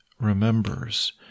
remembers